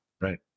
right